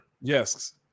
Yes